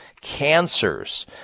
cancers